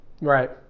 right